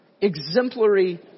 exemplary